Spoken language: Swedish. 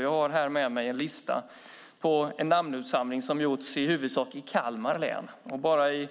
Jag har här med mig en namninsamling som har gjorts i huvudsak i Kalmar län. Bara i